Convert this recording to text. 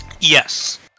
Yes